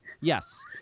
Yes